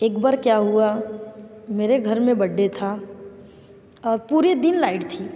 एक बार क्या हुआ मेरे घर में बड्डे था और पूरे दिन लाइट थी